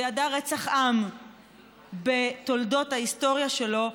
וידע רצח עם בהיסטוריה שלו,